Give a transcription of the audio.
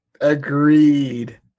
Agreed